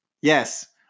Yes